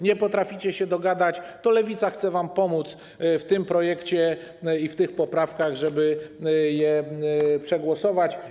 Nie potraficie się dogadać, więc Lewica chce wam pomóc w tym projekcie i w tych poprawkach, żeby je przegłosować.